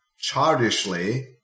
childishly